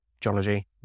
geology